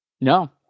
No